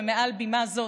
ומעל בימה זו